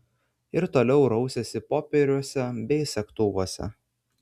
ir toliau rausėsi popieriuose bei segtuvuose